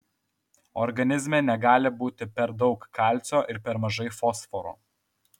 organizme negali būti per daug kalcio ir per mažai fosforo